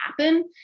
happen